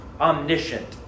omniscient